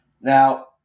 now